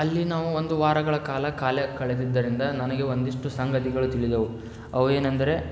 ಅಲ್ಲಿ ನಾವು ಒಂದು ವಾರಗಳ ಕಾಲ ಕಾಲ ಕಳೆದಿದ್ದರಿಂದ ನನಗೆ ಒಂದಿಷ್ಟು ಸಂಗತಿಗಳು ತಿಳಿದವು ಅವೇನೆಂದರೆ